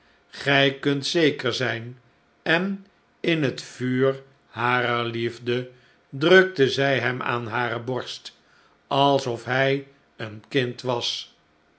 gij kunt zeker zijn en in het vuur harer liefde drukte zij hem aan hare borst alsof hij een kind was